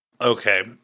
okay